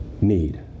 need